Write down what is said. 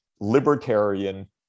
libertarian